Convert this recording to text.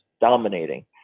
dominating